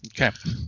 Okay